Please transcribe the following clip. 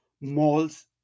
malls